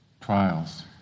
trials